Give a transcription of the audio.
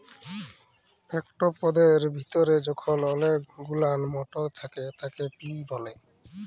একট পদের ভিতরে যখল অলেক গুলান মটর থ্যাকে তাকে পি ব্যলে